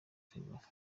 ferwafa